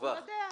אז הוא יודע,